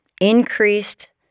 increased